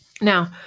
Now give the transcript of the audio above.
Now